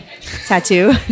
tattoo